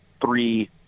three